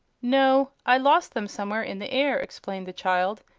no i lost them somewhere in the air, explained the child.